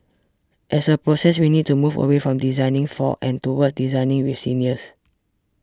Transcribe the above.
as a process we need to move away from 'designing for' and towards 'designing with' seniors